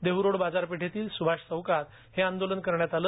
देहरोड बाजरपेठेतील स्भाष चौकात हे आंदोलन करण्यात आले